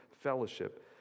fellowship